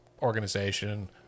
organization